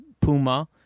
Puma